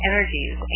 Energies